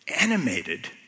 animated